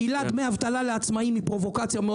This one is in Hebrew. המילה דמי אבטלה לעצמאיים היא פרובוקציה מאוד